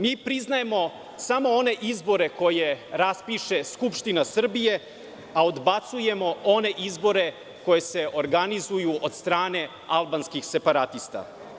Mi priznajemo samo one izbore koje raspiše Skupština Srbije, a odbacujemo one izbore koji se organizuju od strane albanskih separatista.